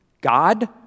God